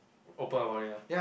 open about it lah